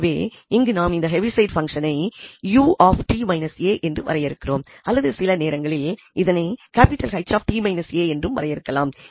எனவே இங்கு நாம் இந்த ஹெவிசைடு பங்சனை u என்று வரையறுக்கிறோம் அல்லது சில நேரங்களில் இதனை H என்றும் வரையறுக்கலாம்